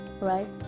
right